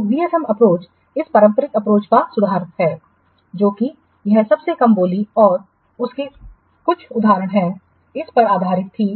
तो VFM approach इस पारंपरिक अप्रोच का सुधार है जो कि यह सबसे कम बोली और उसके कुछ उदाहरण हैं इस पर आधारित था